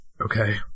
Okay